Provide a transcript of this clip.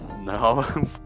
No